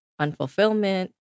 unfulfillment